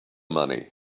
money